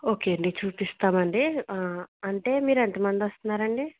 okay అండి చూపిస్తామండి అంటే మీరెంతమంది వస్తున్నారండి